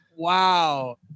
Wow